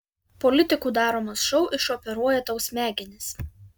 politikų daromas šou išoperuoja tau smegenis